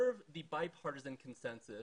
אנחנו חייבים לחברינו כמו בריטניה,